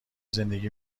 زندگی